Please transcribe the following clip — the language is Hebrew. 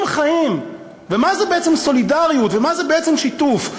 חיים ומה זה בעצם סולידריות ומה זה בעצם שיתוף.